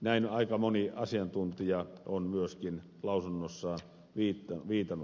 näin aika moni asiantuntija on myöskin lausunnossaan viitannut